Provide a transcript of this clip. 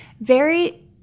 very-